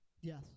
Yes